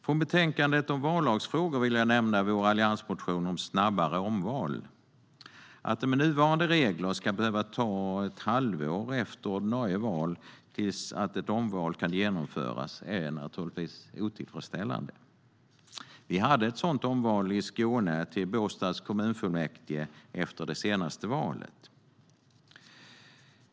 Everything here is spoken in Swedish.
Från betänkandet om vallagsfrågor vill jag nämna vår alliansmotion om snabbare omval. Att det med nuvarande regler ska behöva ta ett halvår efter ordinarie val tills ett omval kan genomföras är naturligtvis otillfredsställande. Vi hade ett sådant omval i Skåne, till Båstads kommunfullmäktige, efter det senaste valet.